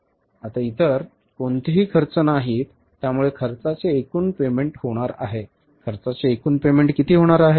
आता इतर कोणतेही खर्च नाहीत त्यामुळे खर्चाचे एकूण पेमेंट होणार आहे खर्चाचे एकूण पेमेंट किती होणार आहे